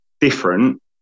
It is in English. different